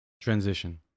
Transition